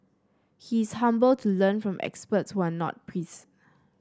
he is humble to learn from experts who are not priests